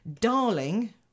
darling